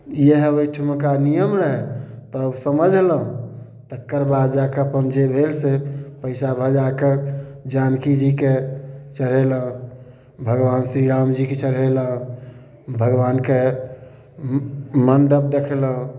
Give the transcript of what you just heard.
इएह ओहिठमका नियम रहै तब समझलहुॅं तकर बाद जाकऽ अपन जे भेल से पइसा भजाकऽ जानकी जी के चढेलहुॅं भगबान श्री रामजी के चढेलौंहुॅं भगबानके मण्डप देखलहुॅं